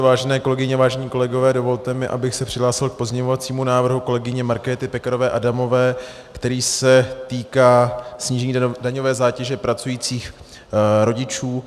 Vážené kolegyně, vážení kolegové, dovolte mi, abych se přihlásil k pozměňovacímu návrhu kolegyně Markéty Pekarové Adamové, který se týká snížení daňové zátěže pracujících rodičů.